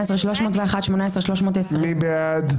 17,981 עד 18,000. מי בעד?